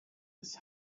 his